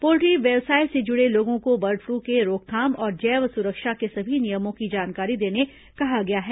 poultry व्यवसाय से जुड़े लोगों को बर्ड फ्लू के रोकथाम और जैव सुरक्षा के सभी नियमों की जानकारी देने कहा गया है